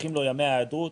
נפתחים לו ימי היעדרות,